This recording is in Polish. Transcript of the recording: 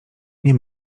nie